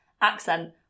accent